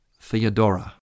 Theodora